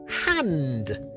hand